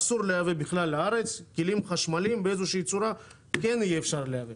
אסור לייבא בכלל לארץ וכלים חשמליים באיזושהי צורה כן אפשר יהיה לייבא.